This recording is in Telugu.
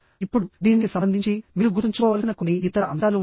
ఇప్పుడు దీనికి సంబంధించి మీరు గుర్తుంచుకోవలసిన కొన్ని ఇతర అంశాలు ఉన్నాయి